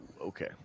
okay